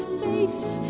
face